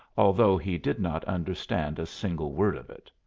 although he did not understand a single word of it.